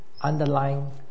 underlying